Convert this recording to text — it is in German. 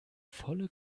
volle